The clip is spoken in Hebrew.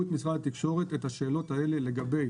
את משרד התקשורת את השאלות האלה לגבי